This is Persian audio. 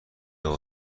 اقا